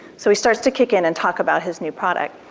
so he starts to kick in and talk about his new product.